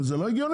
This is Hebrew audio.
זה לא הגיוני.